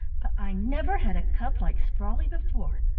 but i never had a cub like sprawley before.